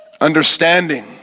understanding